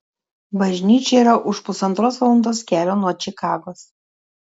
bažnyčia yra už pusantros valandos kelio nuo čikagos